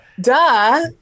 duh